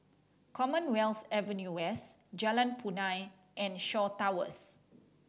Commonwealth Avenue West Jalan Punai and Shaw Towers